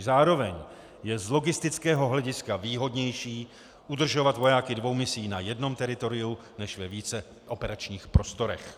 Zároveň je z logistického hlediska výhodnější udržovat vojáky dvou misí na jednom teritoriu než ve více operačních prostorech.